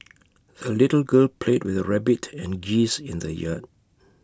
the little girl played with her rabbit and geese in the yard